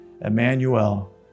Emmanuel